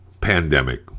pandemic